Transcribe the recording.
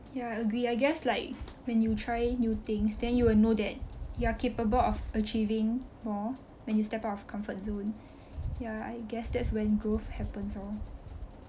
ya I agree I guess like when you try new things then you will know that you are capable of achieving more when you step out of comfort zone ya I guess that's when growth happens lor